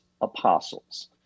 apostles